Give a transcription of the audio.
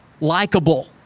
likable